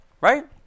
Right